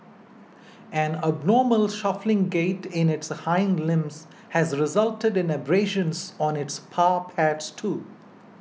an abnormal shuffling gait in its hind limbs has resulted in abrasions on its paw pads too